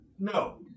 No